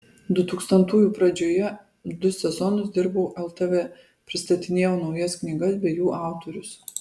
dutūkstantųjų pradžioje du sezonus dirbau ltv pristatinėjau naujas knygas bei jų autorius